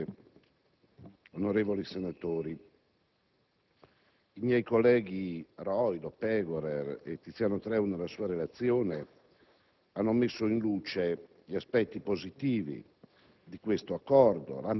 Signor Presidente, onorevoli colleghi, i miei colleghi (Roilo, Pegorer e Tiziano Treu nella sua relazione)